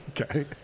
Okay